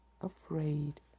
afraid